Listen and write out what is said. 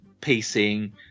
pacing